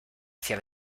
hacia